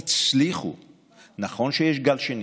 נמנעים.